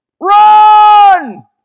run